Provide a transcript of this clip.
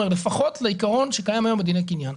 לפחות לעיקרון שקיים היום בדיני קניין.